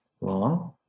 long